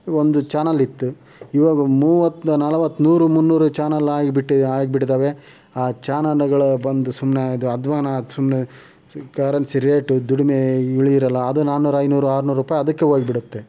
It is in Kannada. ಒಂದು ಚಾನೆಲ್ ಇತ್ತು ಇವಾಗ ಮೂವತ್ತು ನಲವತ್ತು ನೂರು ಮುನ್ನೂರು ಚಾನೆಲ್ ಆಗಿ ಬಿಟ್ಟು ಆಗಿ ಬಿಟ್ಟಿದ್ದಾವೆ ಆ ಚಾನೆಲ್ಗಳು ಬಂದು ಸುಮ್ಮನೆ ಅಧ್ವಾನ ಸುಮ್ಮನೆ ಕರೆನ್ಸಿ ರೇಟು ದುಡಿಮೆ ಇಳಿ ಇರೋಲ್ಲ ಅದು ನಾನ್ನೂರು ಐನೂರು ಆರ್ನೂರು ರೂಪಾಯಿ ಅದಕ್ಕೆ ಹೋಗ್ಬಿಡುತ್ತೆ